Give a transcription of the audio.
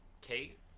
kate